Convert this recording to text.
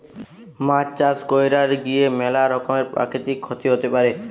মাছ চাষ কইরার গিয়ে ম্যালা রকমের প্রাকৃতিক ক্ষতি হতে পারে